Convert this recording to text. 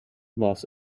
los